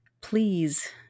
Please